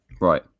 right